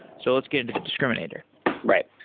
so let's get into the discriminator right.